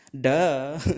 Duh